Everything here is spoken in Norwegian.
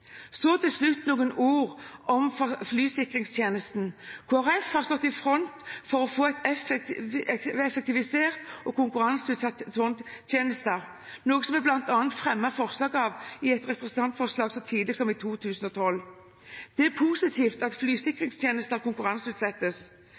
så viktig sak at den bør behandles av Stortinget når den tid kommer. Til slutt noen ord om flysikringstjenesten. Kristelig Folkeparti har stått i front for å få effektivisert og konkurranseutsatt tårntjenestene, noe vi bl.a. fremmet forslag om i et representantforslag så tidlig som i 2012. Det er positivt at